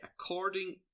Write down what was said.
According